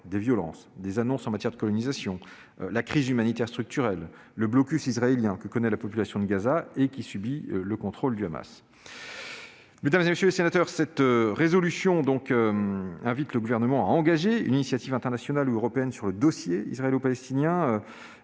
les violences, les annonces en matière de colonisation, la crise humanitaire structurelle, le blocus israélien imposé à la population de Gaza, qui subit elle-même le contrôle du Hamas. Mesdames, messieurs les sénateurs, cette résolution invite le Gouvernement à engager une initiative internationale ou européenne sur le dossier israélo-palestinien.